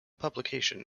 publication